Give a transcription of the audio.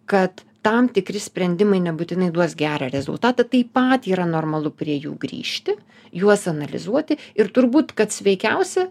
kad tam tikri sprendimai nebūtinai duos gerą rezultatą taip pat yra normalu prie jų grįžti juos analizuoti ir turbūt kad sveikiausi